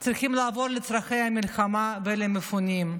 הם צריכים לעבור לצורכי המלחמה ולמפונים.